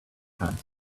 times